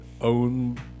own